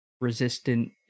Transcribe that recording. resistant